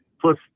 plus